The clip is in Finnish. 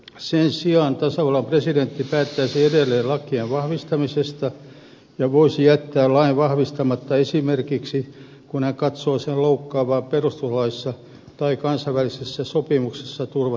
sen sijaan tasavallan presidentti päättäisi edelleen lakien vahvistamisesta ja voisi jättää lain vahvistamatta esimerkiksi kun hän katsoo sen loukkaavan perustuslaissa tai kansainvälisissä sopimuksissa turvattuja perusoikeuksia